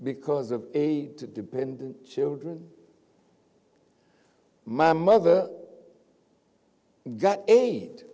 because of a dependent children my mother got eight